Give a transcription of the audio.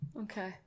Okay